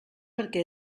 perquè